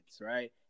right